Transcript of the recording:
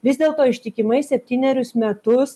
vis dėlto ištikimai septynerius metus